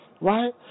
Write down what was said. right